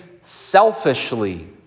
selfishly